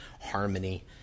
harmony